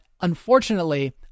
unfortunately